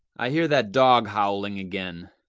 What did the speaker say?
i hear that dog howling again.